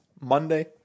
Monday